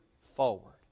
forward